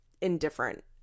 indifferent